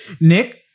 Nick